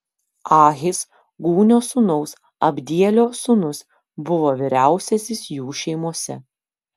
ahis gūnio sūnaus abdielio sūnus buvo vyriausiasis jų šeimose